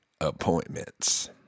appointments